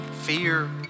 fear